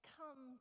come